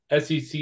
SEC